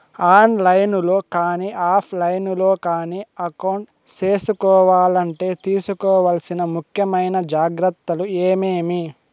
On line లో కానీ offline లో కానీ అకౌంట్ సేసుకోవాలంటే తీసుకోవాల్సిన ముఖ్యమైన జాగ్రత్తలు ఏమేమి?